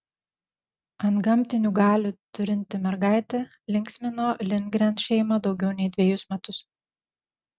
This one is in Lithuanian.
antgamtinių galių turinti mergaitė linksmino lindgren šeimą daugiau nei dvejus metus